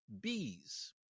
bees